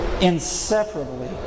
inseparably